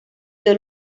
dio